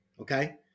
Okay